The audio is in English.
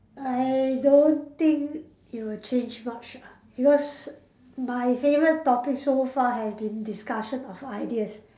I don't think it will change not sure because my favourite topic so far has been discussion of ideas